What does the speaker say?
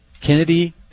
Kennedy